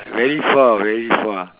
very far very far